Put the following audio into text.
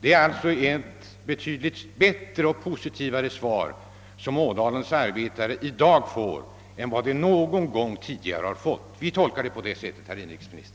Det är alltså ett betydligt bättre och mera positivt svar som Ådalens arbetare i dag får än vad de någonsin tidigare fått. Vi tolkar beskedet på det sättet, herr inrikesminister.